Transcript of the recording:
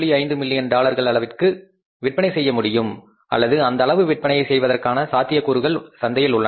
5 million டாலர்கள் அளவிற்கு விற்பனை செய்ய முடியும் அல்லது அந்த அளவு விற்பனையை செய்வதற்கான சாத்தியக் கூறுகள் சந்தையில் உள்ளன